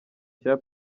cya